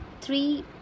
three